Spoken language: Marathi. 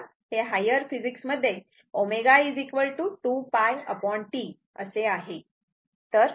हे हायर फिजिक्स मध्ये ω 2π T असे आहे